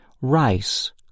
rice